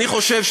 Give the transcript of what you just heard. אני חושב,